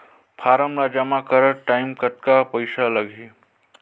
Form ला जमा करत टाइम कतना पइसा लगही?